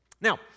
Now